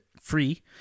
free